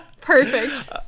perfect